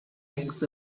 eggs